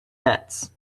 nets